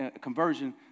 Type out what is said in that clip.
conversion